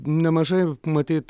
nemažai matyt